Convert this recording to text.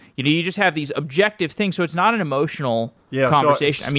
you just have these objective things. it's not an emotional yeah conversation, yeah